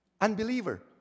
Unbeliever